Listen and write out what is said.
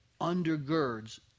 undergirds